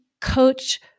coach